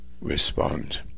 respond